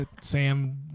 Sam